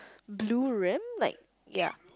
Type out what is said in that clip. blue rim like ya